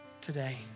today